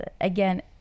Again